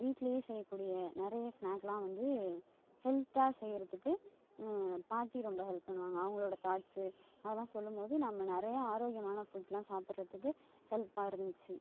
வீட்லேயே செய்யக்கூடிய நிறைய ஸ்நாக்கெலாம் வந்து ஹெல்த்தாக செய்கிறதுக்கு பாட்டி ரொம்ப ஹெல்ப் பண்ணுவாங்க அவர்களோட தாட்ஸ்ஸு அதெல்லாம் சொல்லும் போது நம்ம நிறைய ஆரோக்கியமான ஃபுட்ஸ்செலாம் சாப்பிட்றதுக்கு ஹெல்ப்பாக இருந்துச்சு